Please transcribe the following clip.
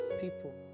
people